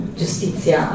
giustizia